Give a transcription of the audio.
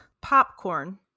popcorn